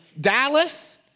Dallas